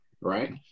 right